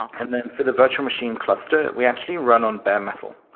and then for the virtual machine cluster, we actually run on bare metal.